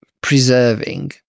preserving